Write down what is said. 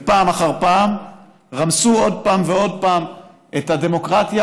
פעם אחר פעם רמסו עוד פעם ועוד פעם את הדמוקרטיה,